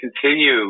continue